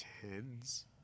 tens